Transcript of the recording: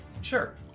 Sure